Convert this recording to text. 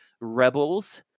Rebels